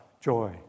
joy